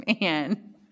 man